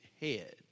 head